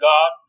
God